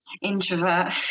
introvert